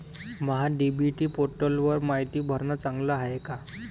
महा DBT पोर्टलवर मायती भरनं चांगलं हाये का?